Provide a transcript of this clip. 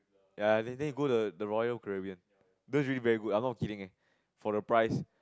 ya then then you go the the Royal-Caribbean that's really very good I'm not kidding eh for the price